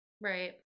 right